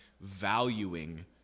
valuing